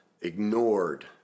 ignored